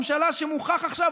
ממשלה שמוכח עכשיו,